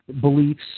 beliefs